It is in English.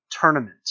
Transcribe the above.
tournament